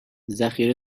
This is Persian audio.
ذخیره